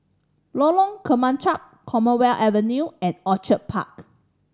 Lorong Kemunchup Commonwealth Avenue and Orchid Park